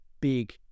big